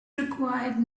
required